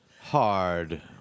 hard